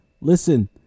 listen